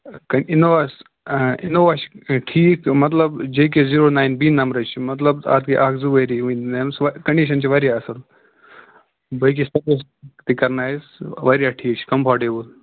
Innova اِنووا چھِ ٹھیٖک مطلب J K zero nine B نَمبرٕچ مطلب تَتھ گٔے اکھ زٕ ؤری ؤنہِ کَنٛڈِشَن چھِ واریاہ اَصٕل باقٕے سٔروِس تہِ کَرناوٮ۪س واریاہ ٹھیٖک چھِ کَمفٲٹیبُل